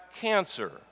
cancer